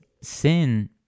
sin